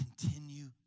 Continue